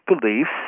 beliefs